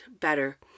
better